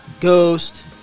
Ghost